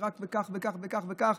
ורק כך וכך וכך וכך,